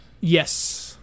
Yes